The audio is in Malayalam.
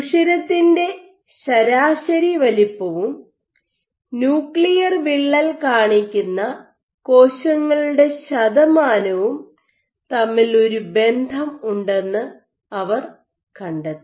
സുഷിരത്തിൻ്റെ ശരാശരി വലുപ്പവും ന്യൂക്ലിയർ വിള്ളൽ കാണിക്കുന്ന കോശങ്ങളുടെ ശതമാനവും തമ്മിൽ ഒരു ബന്ധം ഉണ്ടെന്ന് അവർ കണ്ടെത്തി